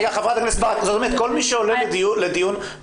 כל מי שמוזמן לדיון,